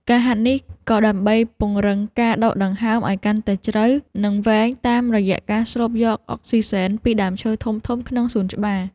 ការហាត់នេះ ក៏ដើម្បីពង្រឹងការដកដង្ហើមឱ្យកាន់តែជ្រៅ និងវែងតាមរយៈការស្រូបយកអុកស៊ីសែនពីដើមឈើធំៗក្នុងសួនច្បារ។